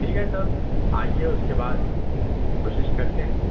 ٹھیک ہے تب آئیے اس کے بعد کوشش کرتے ہیں